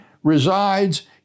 resides